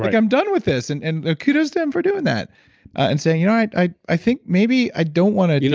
like i'm done with this. and and ah kudos to him for doing that and saying, you know i i think maybe i don't want to do